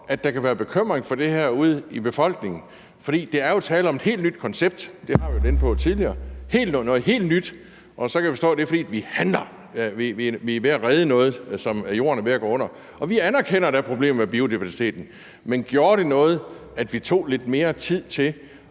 at der kan være bekymring for det her ude i befolkningen? For der er jo tale om et helt nyt koncept – det har jeg været inde på tidligere – noget helt nyt, og så kan jeg forstå, at det er, fordi vi handler, vi er ved at redde noget, som om Jorden er ved at gå under. Vi anerkender da problemet med biodiversiteten, men gjorde det noget, at vi tog lidt mere tid til